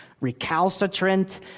recalcitrant